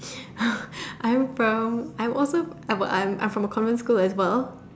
I'm from I'm also I'm I'm I'm from a common school as well